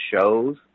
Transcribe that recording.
shows